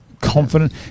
confident